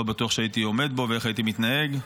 לא בטוח שהייתי עומד בו ואיך הייתי מתנהג.